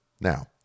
Now